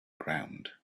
ground